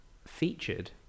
featured